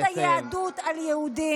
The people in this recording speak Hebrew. במקום להשניא את היהדות על יהודים.